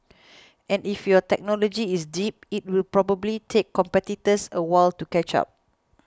and if your technology is deep it will probably take competitors a while to catch up